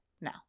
Now